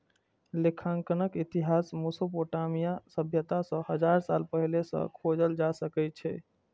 लेखांकनक इतिहास मोसोपोटामिया सभ्यता सं हजार साल पहिने सं खोजल जा सकै छै